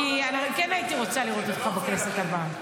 כי כן הייתי רוצה לראות אותך בכנסת הבאה.